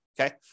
okay